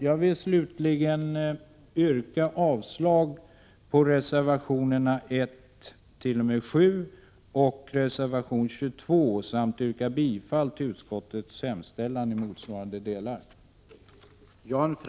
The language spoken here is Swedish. Jag vill slutligen yrka avslag på reservationerna 1-7 och 21 samt yrka bifall till utskottets hemställan i motsvarande delar.